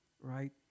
right